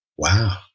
Wow